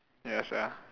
ya sia